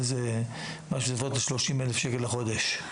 אבל זה בסביבות 30,000 שקל לחודש.